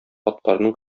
атларның